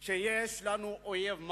היא שיש לנו אויב מר,